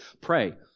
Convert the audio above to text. pray